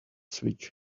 switch